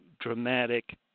dramatic